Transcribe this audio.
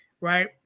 Right